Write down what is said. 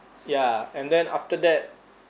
ya and then after that